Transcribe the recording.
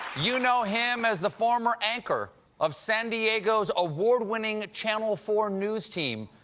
you know him as the former anchor of san diego's award-winning channel four news team,